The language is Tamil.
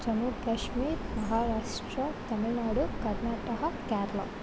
ஜம்மு கேஷ்மீர் மகாராஷ்ட்ரா தமிழ் நாடு கர்நாடகா கேரளா